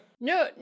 No